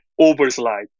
overslide